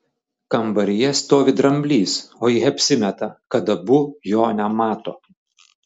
kambaryje stovi dramblys o jie apsimeta kad abu jo nemato